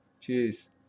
cheers